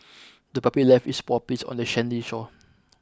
the puppy left its paw prints on the sandy shore